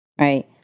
right